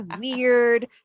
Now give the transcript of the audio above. weird